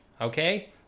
okay